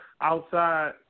outside